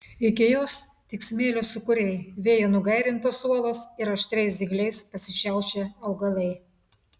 iki jos tik smėlio sūkuriai vėjo nugairintos uolos ir aštriais dygliais pasišiaušę augalai